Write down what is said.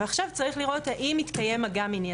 ועכשיו צריך לראות האם מתקיים מגע מיני.